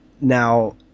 Now